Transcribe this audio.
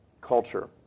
culture